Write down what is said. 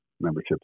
membership